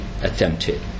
attempted